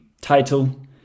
title